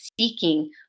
seeking